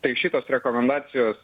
tai šitos rekomendacijos